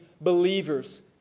believers